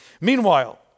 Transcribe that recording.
Meanwhile